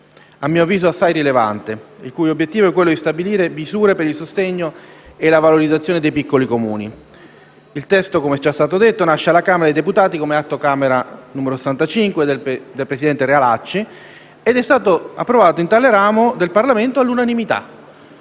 a mio avviso assai rilevante, il cui obiettivo è quello di stabilire misure per il sostegno e la valorizzazione dei piccoli Comuni. Il testo, come è già stato detto, nasce alla Camera dei deputati come Atto Camera 65 del presidente Realacci ed è stato approvato in tale ramo del Parlamento all'unanimità,